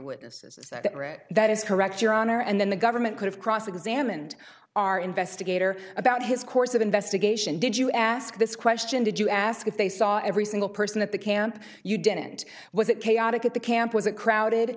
witnesses that is correct your honor and then the government could have cross examined our investigator about his course of investigation did you ask this question did you ask if they saw every single person at the camp you didn't was it chaotic at the camp was a crowded